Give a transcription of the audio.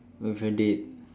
with a date